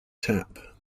tap